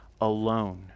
alone